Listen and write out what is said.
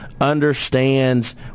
understands